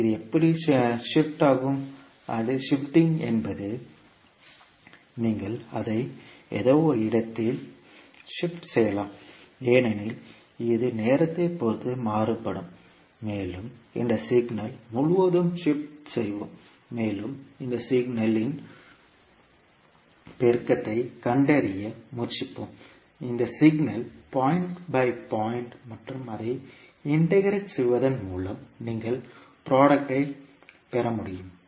இது இப்படி ஷிப்ட் ஆகும் அதை ஷிப்ட்டிங் என்பது நீங்கள் அதை ஏதோ ஒரு இடத்தில் ஷிப்ட் செய்யலாம் ஏனெனில் இது நேரத்தைப் பொறுத்து மாறுபடும் மேலும் இந்த சிக்னல் முழுவதும் ஷிப்ட் செய்வோம் மேலும் இந்த சிக்னல் இன் பெருக்கத்தைக் கண்டறிய முயற்சிப்போம் இந்த சிக்னல் பாயிண்ட் பைப் பாயிண்ட் மற்றும் அதை இன்டர்கிரேட் செய்வதன் மூலம் நீங்கள் ப்ராடக்டை தயாரிப்பைப் பெற முடியும்